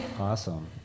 Awesome